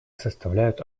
составляют